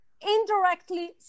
indirectly